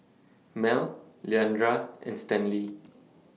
Mel Leandra and Stanley